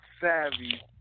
Savvy